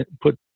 put